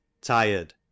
tired